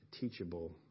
teachable